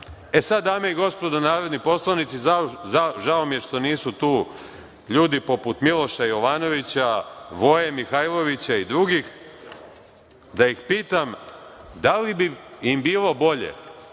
sada, dame i gospodo narodni poslanici, žao mi je što nisu tu ljudi poput Miloša Jovanovića, Voje Mihajlovića i drugih, da ih pitam da li bi im bilo bolje